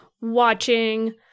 watching